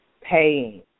paying